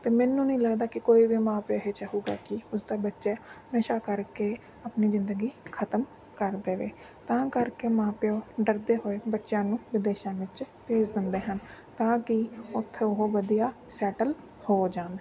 ਅਤੇ ਮੈਨੂੰ ਨਹੀਂ ਲੱਗਦਾ ਕਿ ਕੋਈ ਵੀ ਮਾਂ ਪਿਓ ਇਹ ਚਾਹਵੇਗਾ ਕਿ ਉਸਦਾ ਬੱਚਾ ਨਸ਼ਾ ਕਰਕੇ ਆਪਣੀ ਜ਼ਿੰਦਗੀ ਖਤਮ ਕਰ ਦੇਵੇ ਤਾਂ ਕਰਕੇ ਮਾਂ ਪਿਓ ਡਰਦੇ ਹੋਏ ਬੱਚਿਆਂ ਨੂੰ ਵਿਦੇਸ਼ਾਂ ਵਿੱਚ ਭੇਜ ਦਿੰਦੇ ਹਨ ਤਾਂ ਕਿ ਉੱਥੇ ਉਹ ਵਧੀਆ ਸੈਟਲ ਹੋ ਜਾਣ